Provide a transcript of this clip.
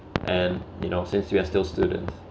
and you know since we're still students